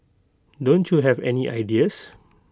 don't you have any ideas